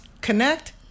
connect